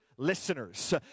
Listeners